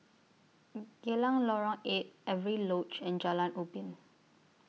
Geylang Lorong eight Avery Lodge and Jalan Ubin